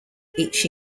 each